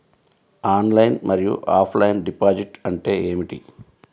Online మరియు offline deposit అంటే ఏమిటి?